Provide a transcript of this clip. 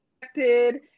affected